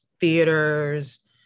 theaters